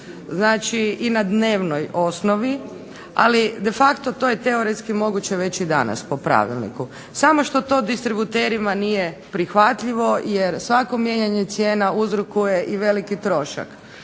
znači i na dnevnoj osnovi ali de facto to je moguće već i danas po Pravilniku, samo što to distributerima nije prihvatljivo jer svako mijenjanja cijena uzrokuje veliki trošak.